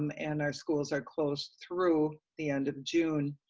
um and our schools are closed through the end of june.